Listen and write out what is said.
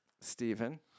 Stephen